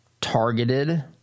targeted